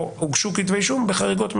או שהוגשו בהם כתבי אישום, בחריגות מהזמנים?